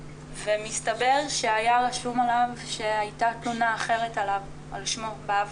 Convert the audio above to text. ומסתבר שהיה רשום עליו שהייתה תלונה אחרת עליו בעבר,